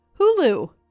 Hulu